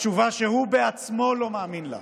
תשובה שהוא בעצמו לא מאמין לה.